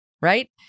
Right